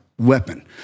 weapon